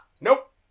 nope